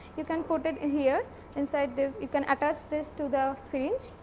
you can put it here inside this you can attach this to the syringe